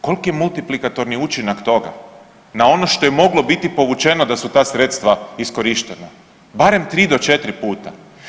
Koliki je multiplikatorni učinak toga na ono što je moglo biti povučeno da su ta sredstva iskorištena, barem 3 do 4 puta.